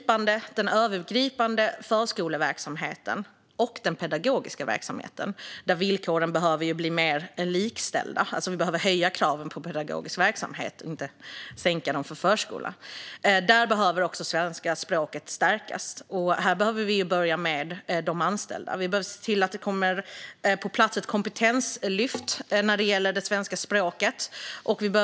Pedagogisk verksamhet och förskoleverksamhet behöver bli mer likställd, och därför behöver kraven på den pedagogiska verksamheten höjas. Även här måste svenska språkets ställning stärkas, och då behöver vi börja med de anställda. Ett kompetenslyft vad gäller svenska språket behöver komma på plats.